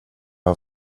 har